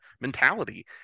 mentality